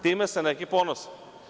Time se neki ponose.